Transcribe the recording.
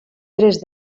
tres